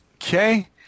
Okay